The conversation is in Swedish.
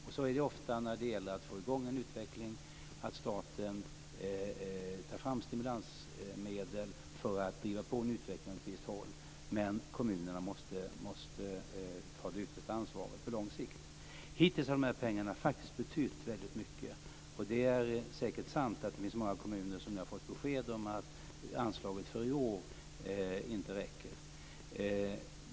Ofta är det så när det gäller att få i gång en utveckling, att staten tar fram stimulansmedel för att driva på en utveckling åt ett visst håll, men att kommunerna måste ta det yttersta ansvaret på lång sikt. Hittills har dessa pengar faktiskt betytt väldigt mycket. Det är säkert sant att det är många kommuner som nu har fått besked om att anslaget för i år inte räcker.